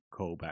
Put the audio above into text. callback